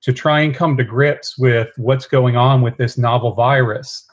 to try and come to grips with what's going on with this novel virus.